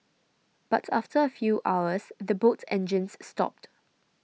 but after a few hours the boat engines stopped